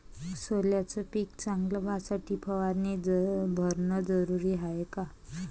सोल्याचं पिक चांगलं व्हासाठी फवारणी भरनं जरुरी हाये का?